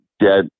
dead